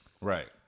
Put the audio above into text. right